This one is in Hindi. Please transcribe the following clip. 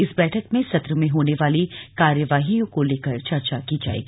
इस बैठक में सत्र में होने वाली कार्यवाहियों को लेकर चर्चा की जाएगी